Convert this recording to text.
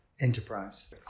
enterprise